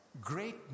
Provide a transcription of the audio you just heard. Great